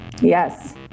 yes